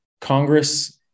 Congress